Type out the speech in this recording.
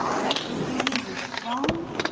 west virginians are strong,